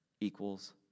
equals